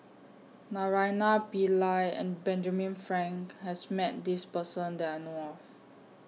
Naraina Pillai and Benjamin Frank has Met This Person that I know of